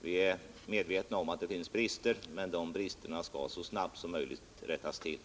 Vi är medvetna om att det finns brister på det här området, men de bristerna skall så snart som möjligt rättas till.